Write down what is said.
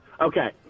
Okay